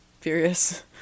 furious